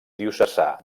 diocesà